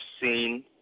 seen